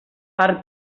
per